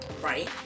right